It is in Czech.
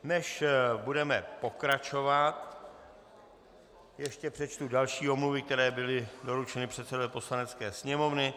Než budeme pokračovat, přečtu další omluvy, které byly doručeny předsedovi Poslanecké sněmovny.